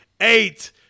eight